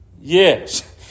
Yes